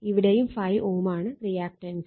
ഇവിടെയും 5 Ω ആണ് റിയാക്റ്റൻസ്